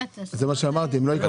זה מה שאמרתי, הם לא יקבלו.